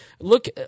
Look